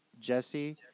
Jesse